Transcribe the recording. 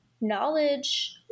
knowledge